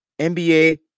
NBA